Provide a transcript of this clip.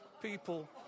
People